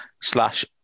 slash